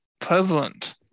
prevalent